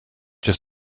just